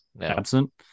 absent